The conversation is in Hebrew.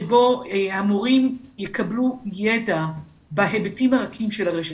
בו המורים יקבלו ידע בהיבטים הרכים של הרשת,